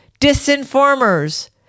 disinformers